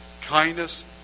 kindness